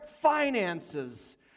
finances